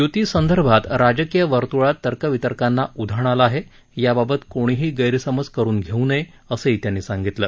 युती संदर्भात राजकीय वर्तुळात तर्क वितर्कांना उधाण आलं आहे याबाबत कोणीही गैरसमज करुन घेऊ नये असंही त्यांनी सांगितलं